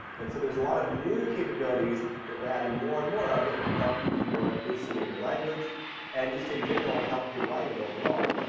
and so there's a lot of new capabilities that we are adding more and more of that can help you be more inclusive in your language and just in general help your writing overall.